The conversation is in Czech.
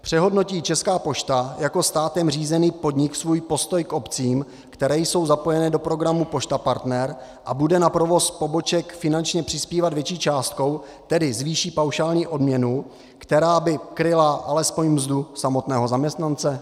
Přehodnotí Česká pošta jako státem řízený podnik svůj postoj k obcím, které jsou zapojené do programu Pošta Partner, a bude na provoz poboček finančně přispívat větší částkou, tedy zvýší paušální odměnu, která by kryla alespoň mzdu samotného zaměstnance?